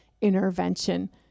intervention